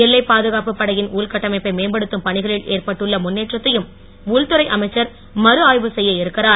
எல்லைப்பாதுகாப்பு படையின் உள்கட்டமைப்பை மேம்படுத்தும் பணிகளில் ஏற்பட்டுள்ள முன்னேற்றத்தையும் உள்துறை அமைச்சர் மறு ஆய்வு செய்ய இருக்கிறார்